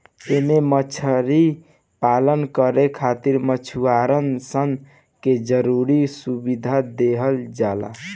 एमे मछरी पालन करे खातिर मछुआरा सन के जरुरी सुविधा देहल जाला